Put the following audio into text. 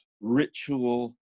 ritual